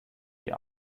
die